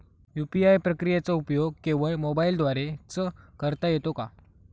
UPI प्रक्रियेचा उपयोग केवळ मोबाईलद्वारे च करता येतो का?